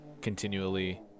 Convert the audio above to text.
continually